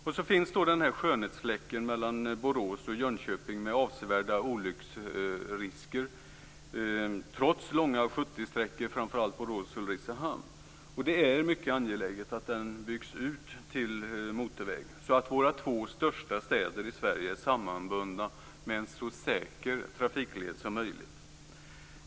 Sedan finns det en skönhetsfläck mellan Borås och Jönköping med avsevärda olycksrisker, trots långa 70-sträckor, framför allt på sträckan Borås Ulricehamn. Det är mycket angeläget att den byggs ut till motorväg, så att våra två största städer i Sverige är sammanbundna med en så säker trafikled som möjligt.